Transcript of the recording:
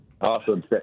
Awesome